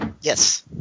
Yes